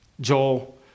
Joel